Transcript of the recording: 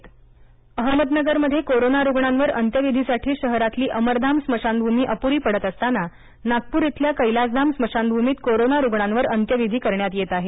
अंत्यविधी अहमदनगर मध्ये कोरोना रुग्णांवर अंत्यविधीसाठी शहरातली अमरधाम स्मशानभूमी अप्री पडत असताना नागापूर इथल्या कैलासधाम स्मशानभूमीत कोरोना रुग्णांवर अंत्यविधी करण्यात येत आहे